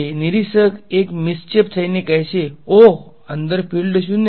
નિરીક્ષક 1 મીસ્ચેફ થઈને કહેશે ઓહ અંદર ફિલ્ડ 0 છે